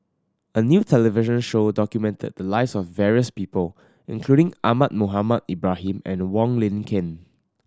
a new television show documented the lives of various people including Ahmad Mohamed Ibrahim and Wong Lin Ken